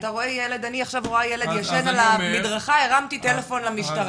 אני עכשיו רואה ילד ישן על המדרכה - הרמתי טלפון למשטרה.